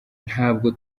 ntabwo